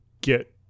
get